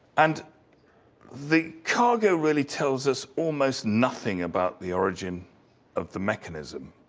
and the cargo really tells us almost nothing about the origin of the mechanism.